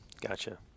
Gotcha